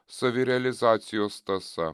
savirealizacijos tąsa